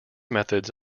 methods